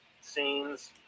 scenes